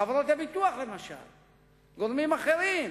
חברות הביטוח, למשל, גורמים אחרים.